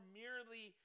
merely